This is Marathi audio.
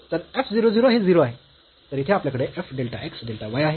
तर f 0 0 हे 0 आहे तर येथे आपल्याकडे f delta x delta y आहे